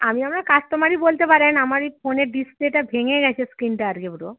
আমি আপনার কাস্টোমারই বলতে পারেন আমার এই ফোনের ডিসপ্লেটা ভেঙে গেছে স্ক্রিনটা আরকি পুরো